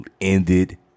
ended